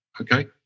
okay